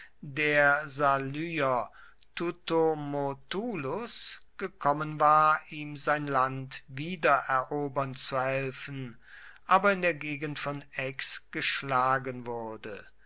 der salyer tutomotulus gekommen war ihm sein land wiedererobern zu helfen aber in der gegend von aix geschlagen wurde